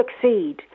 succeed